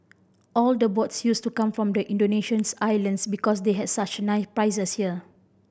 all the boats used to come from the Indonesian's islands because they had such nice prizes here